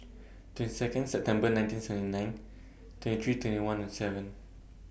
twenty Second September nineteen seventy nine twenty three twenty one and seven